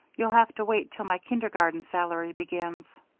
you'll have to wait till my kindergarten salary begins.